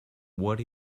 what